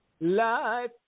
Life